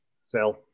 Sell